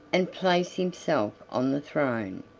and place himself on the throne.